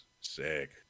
Sick